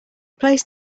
placed